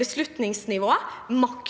beslutningsnivå makt